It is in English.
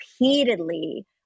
repeatedly